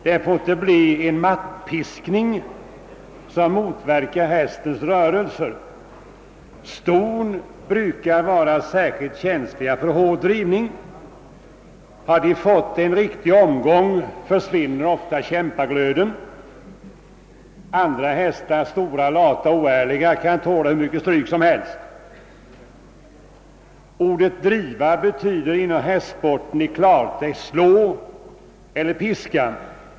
Det får inte bli nå'n ”mattpiskning” som motverkar hästens rörelser. Ston brukar vara särskilt känsliga för hård drivning. Har de fått en riktig omgång försvinner ofta kämpaglöden. Andra hästar, stora, lata och oärliga, kan tåla hur mycket stryk som helst.» Ordet »driva» betyder inom hästsport i klartext slå eller piska.